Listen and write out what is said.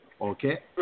Okay